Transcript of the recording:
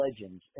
legends